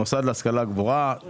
זהו מוסד להשכלה גבוהה,